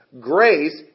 grace